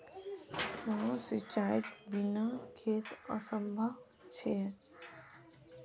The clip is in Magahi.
क्याँ सिंचाईर बिना खेत असंभव छै?